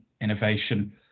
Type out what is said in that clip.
innovation